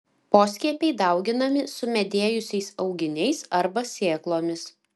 poskiepiai dauginami sumedėjusiais auginiais arba sėklomis